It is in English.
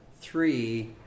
three